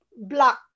blocked